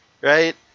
right